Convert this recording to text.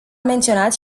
menționat